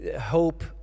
hope